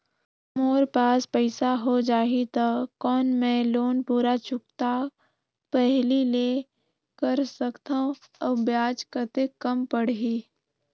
मोर पास पईसा हो जाही त कौन मैं लोन पूरा चुकता पहली ले कर सकथव अउ ब्याज कतेक कम पड़ही?